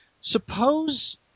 Suppose